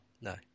No